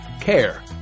care